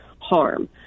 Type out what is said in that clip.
harm